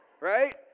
right